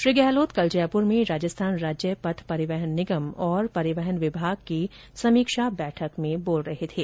श्री गहलोत कल जयपुर में राजस्थान राज्य पथ परिवहन निगम और परिवहन विभाग की समीक्षा कर रहे थे